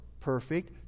perfect